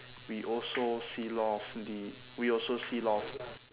we also seal off the we also seal off